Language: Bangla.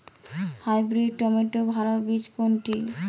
হাইব্রিড টমেটোর ভালো বীজ কোনটি?